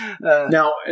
Now